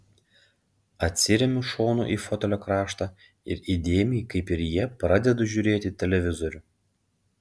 atsiremiu šonu į fotelio kraštą ir įdėmiai kaip ir jie pradedu žiūrėti televizorių